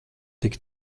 tik